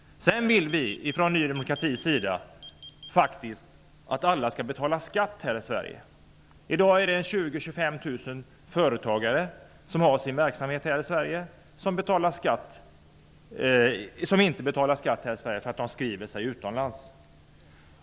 Ny demokrati vill också att alla skall betala skatt här i Sverige. I dag finns det 20-25 000 företagare som har sin verksamhet här men som inte betalar skatt i Sverige därför att de är skrivna utomlands.